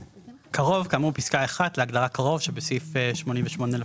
"קרוב" כאמור בפסקה (1) להגדרה "קרוב" שבסעיף 88 לפקודה.